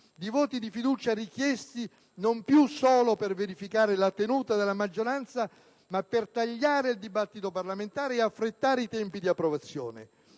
di voti di fiducia richiesti non più solo per verificare la tenuta della maggioranza, ma per tagliare il dibattito parlamentare ed affrettare i tempi di approvazione.